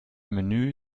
menü